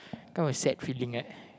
kind of a sad feeling right